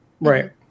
right